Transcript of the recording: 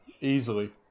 easily